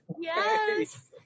Yes